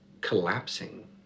collapsing